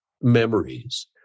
memories